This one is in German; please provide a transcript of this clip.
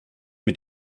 mit